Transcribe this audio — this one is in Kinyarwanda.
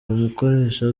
umukoresha